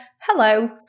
hello